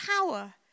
power